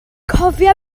cofia